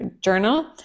journal